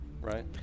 right